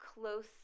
close